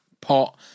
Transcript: pot